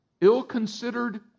Ill-considered